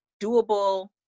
doable